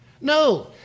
no